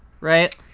right